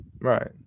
Right